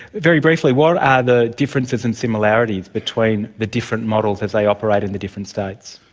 very briefly, what are the differences and similarities between the different models as they operate in the different states?